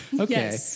Okay